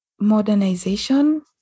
modernization